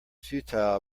futile